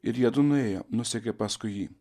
ir jiedu nuėjo nusekė paskui jį